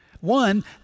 One